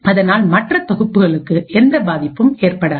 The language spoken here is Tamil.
அதனால் மற்றதொகுப்புகளுக்கு எந்த பாதிப்பும் ஏற்படாது